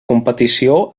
competició